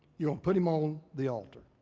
you're gonna put him on the altar.